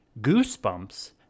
Goosebumps